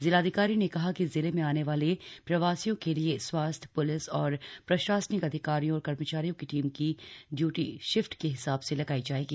जिलाधिकारी ने कहा कि जिले में आने वाले प्रवासियों के लिए स्वास्थ्यए प्लिस और प्रशासनिक अधिकारियों और कर्मचारियों की टीम की ड्यूटी शिफ्टवार लगाई जाएगी